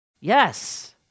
Yes